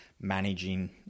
managing